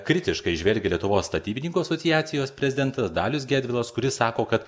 kritiškai žvelgia lietuvos statybininkų asociacijos prezidentas dalius gedvilas kuris sako kad